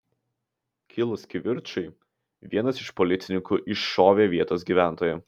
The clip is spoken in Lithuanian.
kilus kivirčui vienas iš policininkų iššovė į vietos gyventoją